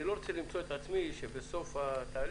אני לא רוצה למצוא את עצמי שבסוף התהליך